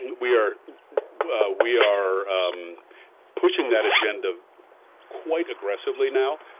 we are we are pushing that agenda quite aggressively now,